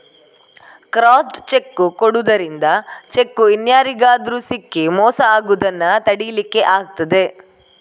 crossed cheque ಕೊಡುದರಿಂದ cheque ಇನ್ಯಾರಿಗಾದ್ರೂ ಸಿಕ್ಕಿ ಮೋಸ ಆಗುದನ್ನ ತಡೀಲಿಕ್ಕೆ ಆಗ್ತದೆ